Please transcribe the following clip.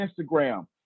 Instagram